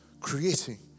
creating